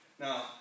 Now